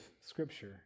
Scripture